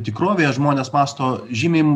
tikrovėje žmonės mąsto žymiai